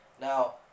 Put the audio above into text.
Now